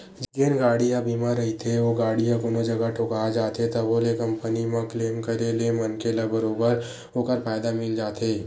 जेन गाड़ी ह बीमा रहिथे ओ गाड़ी ह कोनो जगा ठोका जाथे तभो ले कंपनी म क्लेम करे ले मनखे ल बरोबर ओखर फायदा मिल जाथे